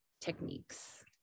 techniques